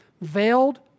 Veiled